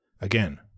Again